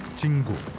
jin goo,